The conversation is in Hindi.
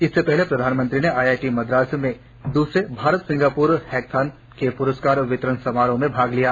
इससे पहले प्रधानमंत्री ने आईआईटी मद्रास में द्रसरे भारत सिंगापुर हैकथॉन के पुरस्कार वितरण समारोह में भाग लिया